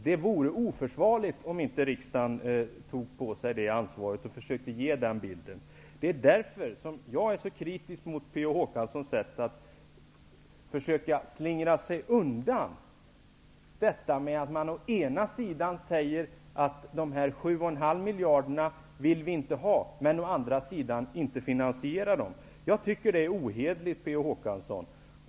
Det är därför som jag är så kritisk till Per Olof Håkanssons sätt att försöka slingra sig undan det faktum att Socialdemokraterna å ena sidan inte vill dra in dessa 7,5 miljarder från kommunerna, men å andra sidan inte finansierar dem. Jag tycker att det är ohederligt, Per Olof Håkansson.